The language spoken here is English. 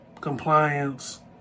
compliance